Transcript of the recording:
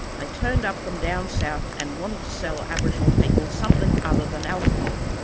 they turned up from down south and wanted to sell aboriginal people something other than alcohol.